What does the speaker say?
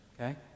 okay